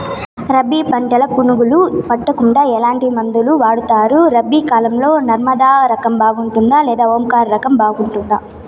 రబి పంటల పులుగులు పడకుండా ఎట్లాంటి మందులు వాడుతారు? రబీ కాలం లో నర్మదా రకం బాగుంటుందా లేదా ఓంకార్ రకం బాగుంటుందా?